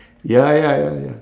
ya ya ya ya